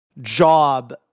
job